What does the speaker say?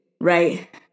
right